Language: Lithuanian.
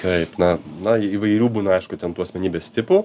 taip na na įvairių būna aišku ten tų asmenybės tipų